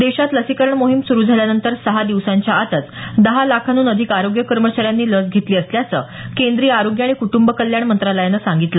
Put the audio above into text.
देशात लसीकरण मोहिम सुरु झाल्यानंतर सहा दिवसांच्या आतच दहा लाखांहून अधिक आरोग्य कर्मचाऱ्यांनी लस घेतली असल्याचं केंद्रीय आरोग्य आणि कुटुंब कल्याण मंत्रालयानं सांगितलं